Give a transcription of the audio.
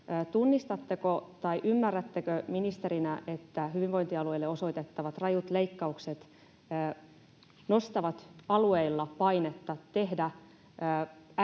tunnistatteko tai ymmärrättekö ministerinä, että hyvinvointialueille osoitettavat rajut leikkaukset nostavat alueilla painetta tehdä äkkivääriä,